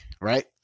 right